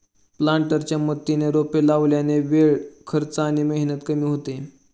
प्लांटरच्या मदतीने रोपे लावल्याने वेळ, खर्च आणि मेहनत कमी होते